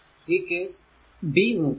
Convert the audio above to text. ഈ case b നോക്കുക